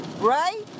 Right